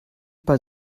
bei